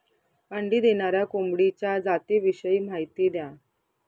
अंडी देणाऱ्या कोंबडीच्या जातिविषयी माहिती द्या